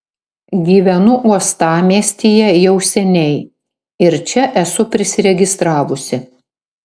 gyvenu uostamiestyje jau seniai ir čia esu prisiregistravusi